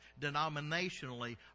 denominationally